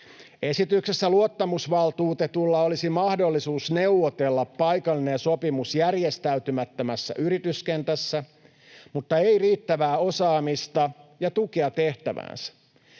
Esityksessä luottamusvaltuutetulla olisi mahdollisuus neuvotella paikallinen sopimus järjestäytymättömässä yrityskentässä mutta ei riittävää osaamista ja tukea tehtäväänsä.